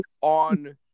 on